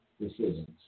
decisions